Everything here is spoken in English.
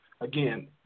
again